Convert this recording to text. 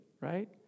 right